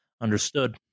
Understood